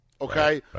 okay